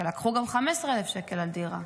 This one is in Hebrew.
ולקחו גם 15,000 שקל על דירה.